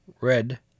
red